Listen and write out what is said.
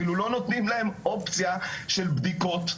אפילו לא נותנים להם אופציה של בדיקות,